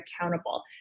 accountable